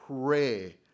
pray